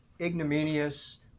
ignominious